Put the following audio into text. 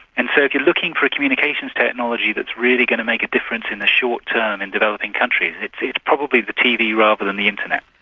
and so if you're looking for a communications technology that's really going to make a difference in the short term in developing countries, it's probably the tv rather than the internet.